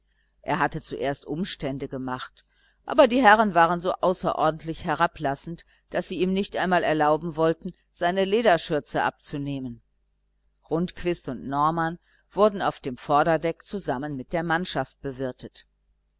er hatte zuerst umstände gemacht aber die herren waren so außerordentlich herablassend daß sie ihm nicht einmal erlauben wollten seine lederschürze abzunehmen rundquist und norman wurden auf dem vorderdeck zusammen mit der mannschaft bewirtet